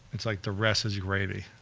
it's like the rest is gravy.